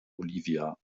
olivia